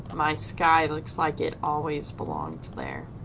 my sky like like it always belonged there.